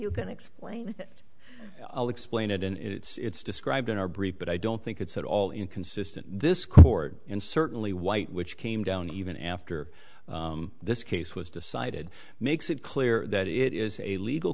you can explain it explain it and it's described in our brief but i don't think it's at all inconsistent this court and certainly white which came down even after this case was decided makes it clear that it is a legal